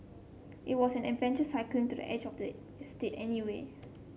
it was an adventure cycling to the edge of the estate anyway